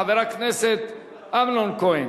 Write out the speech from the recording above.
חבר הכנסת אמנון כהן.